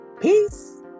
Peace